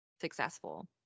successful